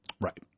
Right